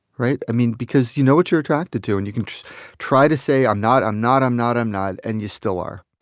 right? i mean, because you know what you're attracted to. and you can just try to say, i'm not. i'm not. i'm not. i'm not, and you still are